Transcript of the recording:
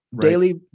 daily